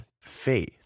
faith